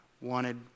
wanted